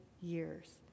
years